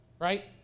Right